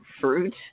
fruit